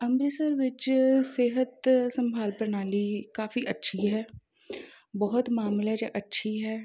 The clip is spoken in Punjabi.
ਅੰਮ੍ਰਿਤਸਰ ਵਿੱਚ ਸਿਹਤ ਸੰਭਾਲ ਪ੍ਰਣਾਲੀ ਕਾਫੀ ਅੱਛੀ ਹੈ ਬਹੁਤ ਮਾਮਲਿਆਂ 'ਚ ਅੱਛੀ ਹੈ